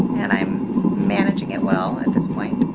and i'm managing it well at this point.